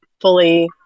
fully